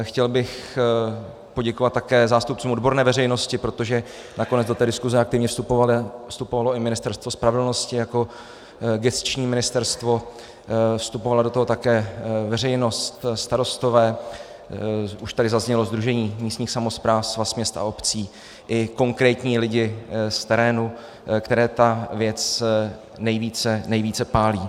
Chtěl bych poděkovat také zástupcům odborné veřejnosti, protože nakonec do té diskuse aktivně vstupovalo i Ministerstvo spravedlnosti jako gesční ministerstvo, vstupovala do toho také veřejnost, starostové, už tady zaznělo Sdružení místních samospráv, Svaz měst a obcí i konkrétní lidé z terénu, které ta věc nejvíce pálí.